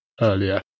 earlier